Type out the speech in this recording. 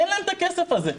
אין להם את הכסף הזה,